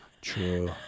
True